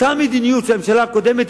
אותה מדיניות של הממשלה הקודמת,